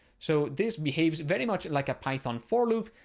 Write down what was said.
so this behaves very much like a python for loop,